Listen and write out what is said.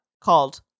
called